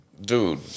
dude